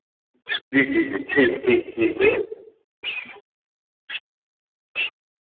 जी जी जी ठीक ठीक ठीक